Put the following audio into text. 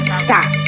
stop